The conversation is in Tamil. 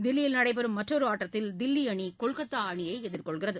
தில்லியில் நடைபெறும் மற்றொரு ஆட்டத்தில் தில்லி அணி கொல்கத்தா அணியை எதிர்கொள்கிறது